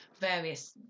various